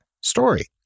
story